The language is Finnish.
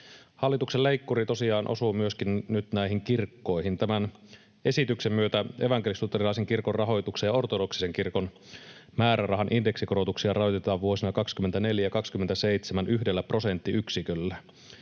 Hallituksen leikkuri tosiaan osuu myöskin nyt näihin kirkkoihin. Tämän esityksen myötä evankelis-luterilaisen kirkon rahoituksen ja ortodoksisen kirkon määrärahan indeksikorotuksia rajoitetaan vuosina 24—27 yhdellä prosenttiyksiköllä.